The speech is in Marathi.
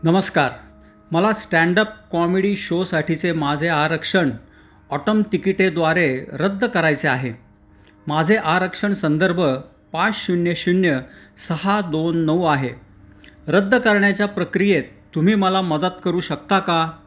नमस्कार मला स्टँडअप कॉमेडी शोसाठीचे माझे आरक्षण ऑटोम तिकिटेद्वारे रद्द करायचे आहे माझे आरक्षण संदर्भ पाच शून्य शून्य सहा दोन नऊ आहे रद्द करण्याच्या प्रक्रियेत तुम्ही मला मदत करू शकता का